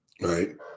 Right